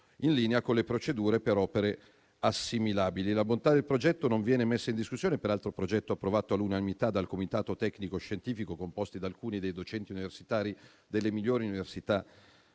in linea con le procedure per opere assimilabili. La bontà del progetto non viene messa in discussione: progetto, peraltro, approvato all'unanimità dal Comitato tecnico scientifico composto da alcuni dei docenti universitari delle migliori università